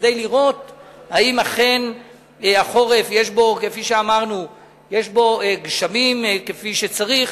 כדי לראות אם החורף יש בו גשמים כפי שצריך,